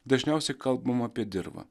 dažniausiai kalbama apie dirvą